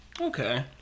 Okay